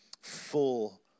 full